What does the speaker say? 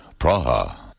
Praha